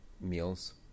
meals